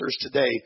today